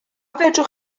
fedrwch